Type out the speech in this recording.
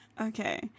Okay